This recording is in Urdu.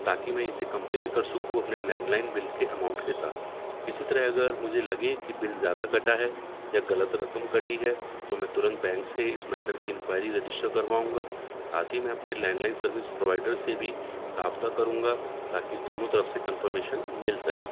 تاکہ میں اسے کمپیئر کر سکوں اپنے لینڈ لائن بل کے اماؤنٹ کے ساتھ اسی طرح اگر مجھے لگے کہ بل زیادہ کٹا ہے یا غلط رقم کٹی ہے تو میں ترنت بینک سے اس میٹر کی انکوائری رجسٹر کرواؤں گا ساتھ ہی میں اپنے لینڈ لائن سروس پرووائڈر سے بھی رابطہ کروں گا تااکہ دونوں طرف سے کنفرمیشن مل سکے